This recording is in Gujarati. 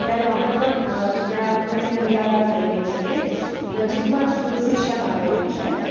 ત્યારે અમે પણ ત્યાં ત્યાંની મુલાકાત લઈએ છીએ નજીકમાં જ તુલસીશ્યામ આવેલું છે